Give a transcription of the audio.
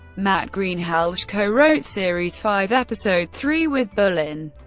matt greenhalgh co-wrote series five, episode three with bullen,